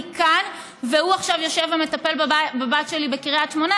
כאן והוא עכשיו יושב ומטפל בבת שלי בקריית שמונה?